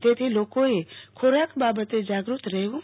જેથી લોકોએ ખોરાક બાબતે જાગૃત રહેવુ